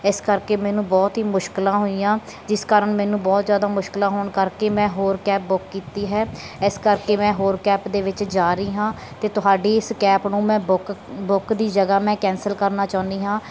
ਇਸ ਕਰਕੇ ਮੈਨੂੰ ਬਹੁਤ ਹੀ ਮੁਸ਼ਕਲਾਂ ਹੋਈਆਂ ਜਿਸ ਕਾਰਨ ਮੈਨੂੰ ਬਹੁਤ ਜ਼ਿਆਦਾ ਮੁਸ਼ਕਲਾਂ ਹੋਣ ਕਰਕੇ ਮੈਂ ਹੋਰ ਕੈਬ ਬੁੱਕ ਕੀਤੀ ਹੈ ਇਸ ਕਰਕੇ ਮੈਂ ਹੋਰ ਕੈਬ ਦੇ ਵਿੱਚ ਜਾ ਰਹੀ ਹਾਂ ਅਤੇ ਤੁਹਾਡੀ ਇਸ ਕੈਪ ਨੂੰ ਮੈਂ ਬੁੱਕ ਬੁੱਕ ਦੀ ਜਗ੍ਹਾ ਮੈਂ ਕੈਂਸਲ ਕਰਨਾ ਚਾਹੁੰਦੀ ਹਾਂ